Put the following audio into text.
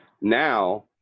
Now